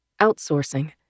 outsourcing